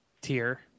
tier